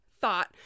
thought